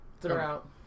throughout